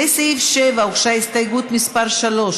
לסעיף 7 הוגשה הסתייגות מס' 3,